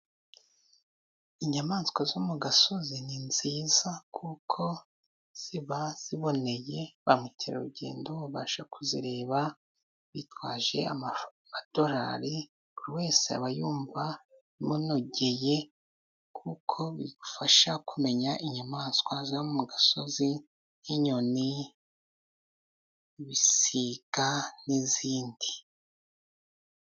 Inyamaswa zo mu gasozi ni nziza kuko ziba ziboneye ba mukerarugendo babasha kuzireba bitwaje amadorari, buri wese aba yumva imunogeye kuko bigufasha kumenya inyamaswa zo mu gasozi nk'inyoni, ibisiga n'izindi.